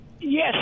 Yes